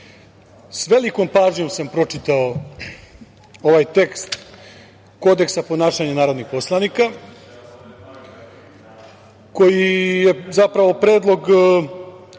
sa velikom pažnjom sa pročitao ovaj tekst kodeksa ponašanja narodnih poslanika koji je zapravo predlog